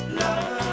love